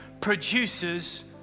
produces